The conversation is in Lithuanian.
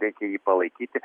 reikia jį palaikyti